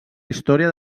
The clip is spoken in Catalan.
història